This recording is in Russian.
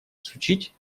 изучить